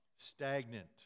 stagnant